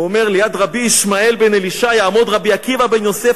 הוא אומר: "ליד רבי ישמעאל בן אלישע יעמוד רבי עקיבא בן יוסף,